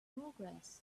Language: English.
progress